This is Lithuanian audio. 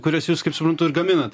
kurias jūs kaip suprantu ir gaminat